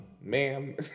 ma'am